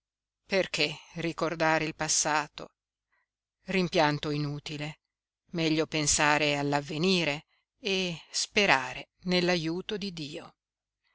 perché ricordare il passato rimpianto inutile meglio pensare all'avvenire e sperare nell'aiuto di dio